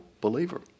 believer